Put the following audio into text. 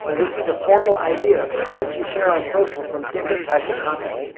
and this is a formal idea of how much you share on social from different types of content.